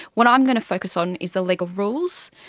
what i'm going to focus on is the legal rules,